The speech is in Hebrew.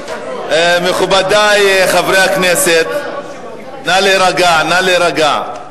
מכובדי חברי הכנסת, נא להירגע, נא להירגע.